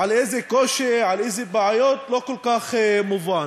על איזה קושי, על איזה בעיות, לא כל כך מובן.